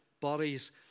bodies